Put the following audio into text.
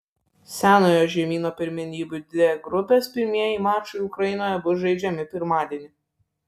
senojo žemyno pirmenybių d grupės pirmieji mačai ukrainoje bus žaidžiami pirmadienį